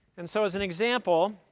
and so as an example,